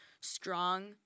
strong